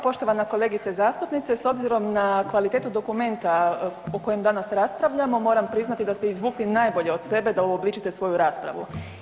Poštovana kolegice zastupnice s obzirom na kvalitetu dokumenta o kojem danas raspravljamo moram priznati da ste izvukli najbolje od sebe da uobličite svoju raspravu.